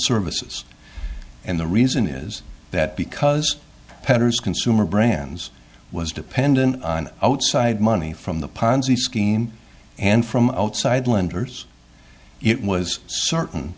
services and the reason is that because patterns consumer brands was dependent on outside money from the ponzi scheme and from outside lenders it was certain